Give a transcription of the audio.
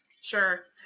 Sure